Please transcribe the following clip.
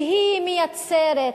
שהיא מייצרת,